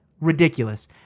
ridiculous